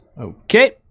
Okay